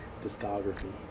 discography